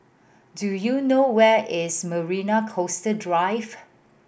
do you know where is Marina Coastal Drive